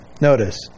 Notice